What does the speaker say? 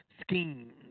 schemes